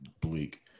bleak